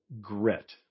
grit